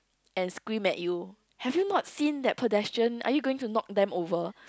and scream at you have you not seen that pedestrian are you going to knock them over